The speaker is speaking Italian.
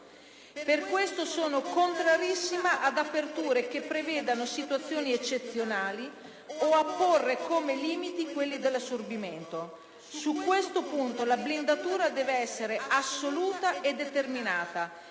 Per questo, sono contrarissima ad aperture che prevedano situazioni eccezionali o a porre come limite l'assorbimento. Su questo punto, la blindatura deve essere assoluta e determinata,